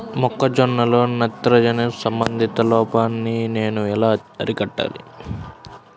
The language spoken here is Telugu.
మొక్క జొన్నలో నత్రజని సంబంధిత లోపాన్ని నేను ఎలా అరికట్టాలి?